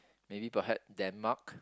maybe perhaps Denmark